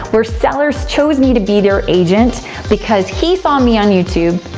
where sellers chose me to be their agent because he saw me on youtube,